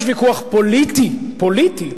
יש ויכוח פוליטי, פוליטי,